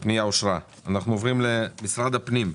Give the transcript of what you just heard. הצבעה הפנייה אושרה אנחנו עוברים למשרד הפנים,